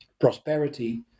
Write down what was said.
prosperity